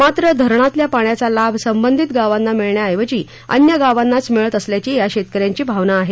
मात्र धरणातल्या पाण्याचा लाभ संबंधित गावांना मिळण्याऐवजी अन्य गावांनाच मिळत असल्याची या शेतकन्यांची भावना आहे